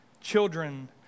Children